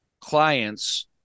clients